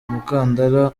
umukandara